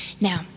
now